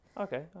Okay